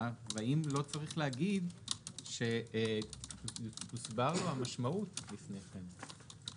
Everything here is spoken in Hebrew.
והאם לא צריך לומר שהוסברה לו המשמעות לפני כן.